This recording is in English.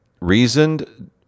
reasoned